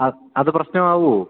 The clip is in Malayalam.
അഹ് അത് പ്രശ്നമാകുമോ